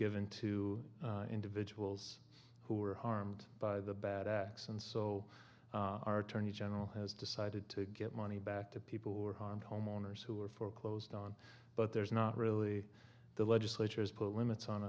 given to individuals who were harmed by the bad acts and so our attorney general has decided to get money back to people who are harmed homeowners who are foreclosed on but there's not really the legislature has put limits on